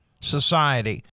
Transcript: society